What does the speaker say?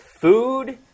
food